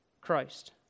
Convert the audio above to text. Christ